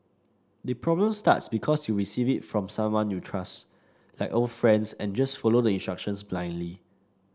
the problem starts because you receive it from someone you trust like old friends and just follow the instructions blindly